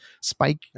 spike